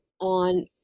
on